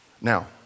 Now